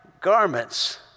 garments